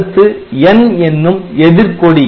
அடுத்து N என்னும் எதிர் கொடி